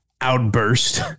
outburst